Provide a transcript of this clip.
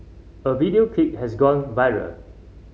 a video clip has gone viral